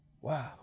Wow